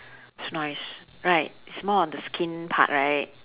it's nice right it's more of the skin part right